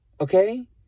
okay